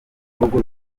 nubwo